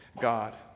God